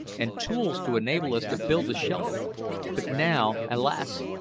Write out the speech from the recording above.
and tools to enable us to build a shelter but now alas!